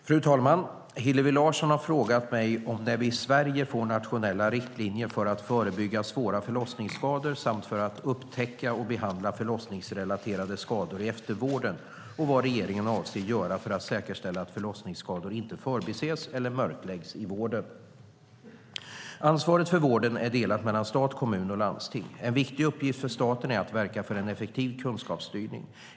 Fru talman! Hillevi Larsson har frågat mig om när vi i Sverige får nationella riktlinjer för att förebygga svåra förlossningsskador samt för att upptäcka och behandla förlossningsrelaterade skador i eftervården och vad regeringen avser att göra för att säkerställa att förlossningsskador inte förbises eller mörkläggs i vården. Ansvaret för vården är delat mellan stat, kommun och landsting. En viktig uppgift för staten är att verka för en effektiv kunskapsstyrning.